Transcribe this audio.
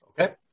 Okay